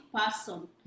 person